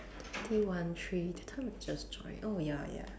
twenty one three that time we just join oh ya ya